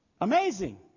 Amazing